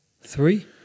three